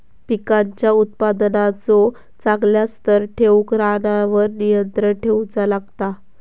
पिकांच्या उत्पादनाचो चांगल्या स्तर ठेऊक रानावर नियंत्रण ठेऊचा लागता